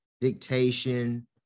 Dictation